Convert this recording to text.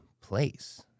place